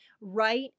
right